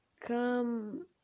Come